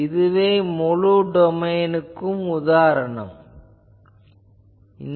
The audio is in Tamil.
இதுவே முழு டொமைனுக்கு உதாரணம் ஆகும்